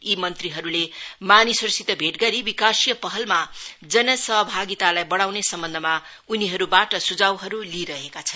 यी मन्त्रीहरूले मानिसहरूसित भेट गरी विकाशीय पहलमा जन सहभागितालाई बढाउने सम्बन्धमा उनीहरूबाट सुझावहरू लिइरहेका छन्